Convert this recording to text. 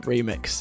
Remix